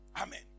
Amen